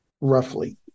roughly